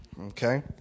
okay